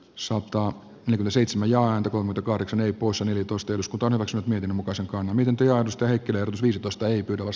sota on yli seitsemän ja antakoon kahdeksan usa neljätoista jos kotona vasat miten muka sekaantuminen teosta heikkilä virtus tai pylväs